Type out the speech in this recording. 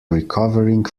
recovering